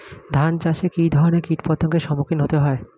ধান চাষে কী ধরনের কীট পতঙ্গের সম্মুখীন হতে হয়?